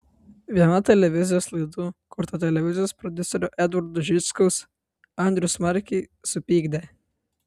viena televizijos laidų kurta televizijos prodiuserio edvardo žičkaus andrių smarkiai supykdė